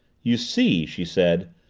you see, she said,